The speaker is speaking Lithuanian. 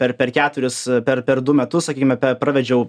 per per keturis per per du metus sakykim pe pravedžiau